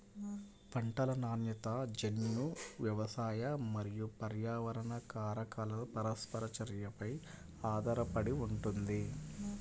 పంటల నాణ్యత జన్యు, వ్యవసాయ మరియు పర్యావరణ కారకాల పరస్పర చర్యపై ఆధారపడి ఉంటుంది